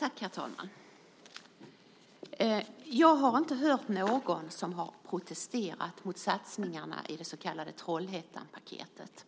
Herr talman! Jag har inte hört någon som har protesterat mot satsningarna i det så kallade Trollhättanpaketet.